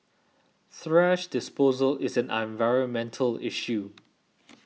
thrash disposal is an environmental issue